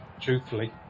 truthfully